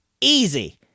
Easy